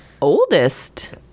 Oldest